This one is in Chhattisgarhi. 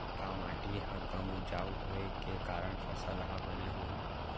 का माटी हा कम उपजाऊ होये के कारण फसल हा बने होही?